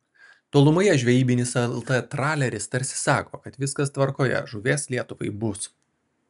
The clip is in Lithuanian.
tolumoje žvejybinis lt traleris tarsi sako kad viskas tvarkoje žuvies lietuvai bus